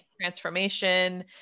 transformation